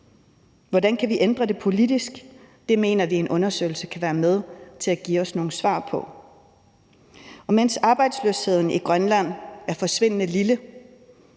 Hvordan kan vi ændre det politisk? Det mener vi at en undersøgelse kan være med til at give os nogle svar på. Mens arbejdsløsheden i Grønland er forsvindende lille,